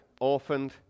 orphaned